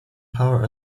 power